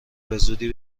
بزودی